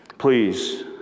Please